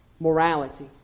morality